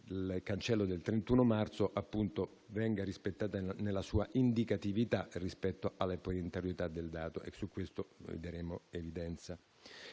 il cancello del 31 marzo, appunto, venga rispettato nella sua indicatività rispetto alle perentorietà del dato, e su questo daremo evidenza.